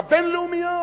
הבין-לאומיות,